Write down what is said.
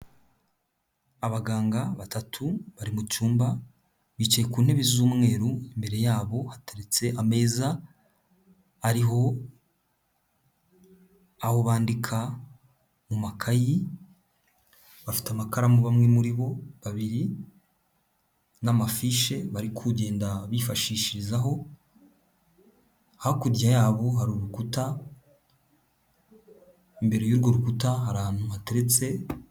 Abaganga batatu bari mucyumba bicaye ku ntebe z'umweru imbere yabo hateretse ameza, ariho aho bandika mu makayi bafite amakaramu bamwe muri bo babiri n'amafishi bari kugenda bifashishirizaho hakurya yabo hari urukuta, imbere y'urwo rukuta hari ahantu hateretse,